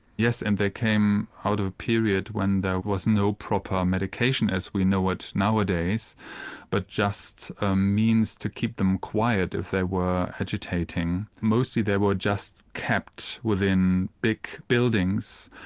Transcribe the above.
yes, and they came out of period when there was no proper medication as we know it nowadays but just a means to keep them quiet if they were agitating. mostly they were just kept within big buildings.